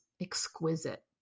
exquisite